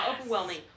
overwhelming